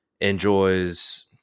enjoys